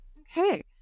Okay